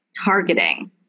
targeting